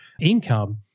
income